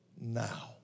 now